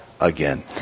again